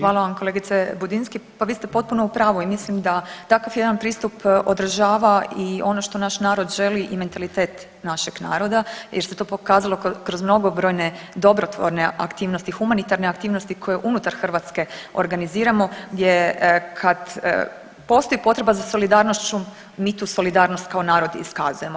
Hvala vam kolegice Budinski, pa vi ste potpuno u pravu i mislim da takav jedan pristup odražava i ono što naš narod želi i mentalitet našeg naroda jer se to pokazalo kroz mnogobrojne dobrotvorne aktivnosti, humanitarne aktivnosti koje unutar Hrvatske organiziramo gdje kad postoji potreba za solidarnošću mi tu solidarnost kao narod iskazujemo.